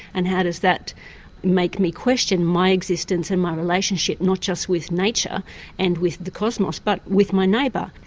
and how does that make me question my existence and my relationship, not just with nature and with the cosmos, but with my neighbour.